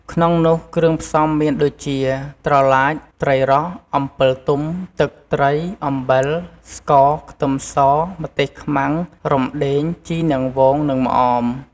ក្នុងនោះគ្រឿងផ្សំមានដូចជា ត្រឡាច ត្រីរ៉ស់ អំពិលទុំ ទឹកត្រី អំបិល ស្ករ ខ្ទឹមស ម្ទេសខ្មាំង រំដេង ជីរនាងវង និងម្អម ។